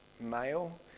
male